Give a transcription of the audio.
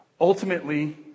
Ultimately